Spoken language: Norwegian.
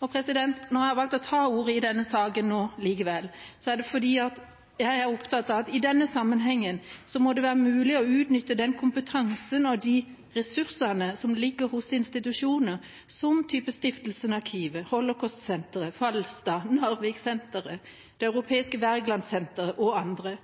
og antisemittisme. Når jeg har valgt å ta ordet i denne saken, er det fordi jeg er opptatt av at i denne sammenhengen må det være mulig å utnytte den kompetansen og de ressursene som ligger hos institusjonene, som Stiftelsen Arkivet, Holocaustsenteret, Falstad, Narviksenteret, Det europeiske Wergelandsenteret og andre.